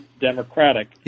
Democratic